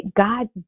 God